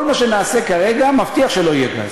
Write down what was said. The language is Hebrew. כל מה שנעשה כרגע מבטיח שלא יהיה גז.